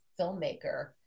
filmmaker